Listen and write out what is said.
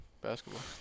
basketball